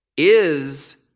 is,